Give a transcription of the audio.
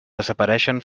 desapareixen